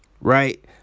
Right